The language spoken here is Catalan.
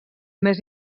més